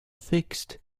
fixed